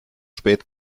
spät